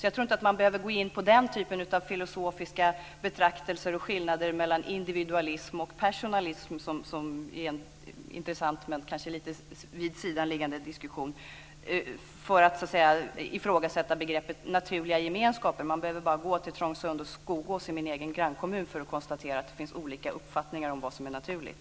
Jag tror inte att man behöver gå in på den typen av filosofiska betraktelser och skillnader mellan individualism och personalism - det är en intressant men kanske lite vidsidanliggande diskussion - för att ifrågasätta begreppet naturliga gemenskaper. Man behöver bara gå till Trångsund och Skogås i min egen grannkommun för att konstatera att det finns olika uppfattningar om vad som är naturligt.